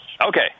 Okay